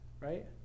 right